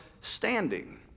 standing